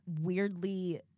weirdly